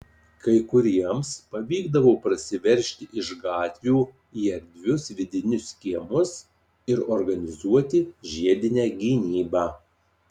kai kuriems pavykdavo prasiveržti iš gatvių į erdvius vidinius kiemus ir organizuoti žiedinę gynybą